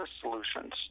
solutions